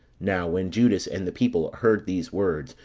now when judas and the people heard these words,